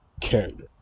character